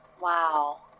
Wow